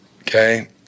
okay